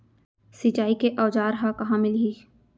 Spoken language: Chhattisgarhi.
सिंचाई के औज़ार हा कहाँ मिलही?